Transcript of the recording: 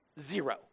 Zero